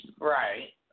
Right